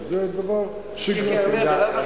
זה דבר שגרתי שם.